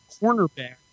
cornerback